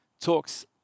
talks